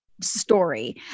story